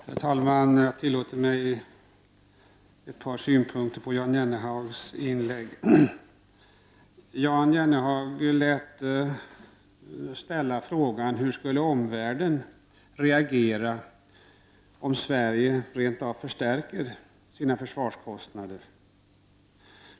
Herr talman! Jag tillåter mig ett par synpunkter på Jan Jennehags inlägg. Jan Jennehag ställde frågan hur omvärlden skulle reagera om Sverige rent av förstärker sina försvarskostnader.